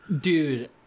Dude